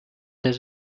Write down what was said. his